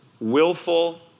willful